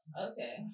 Okay